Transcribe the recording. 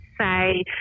say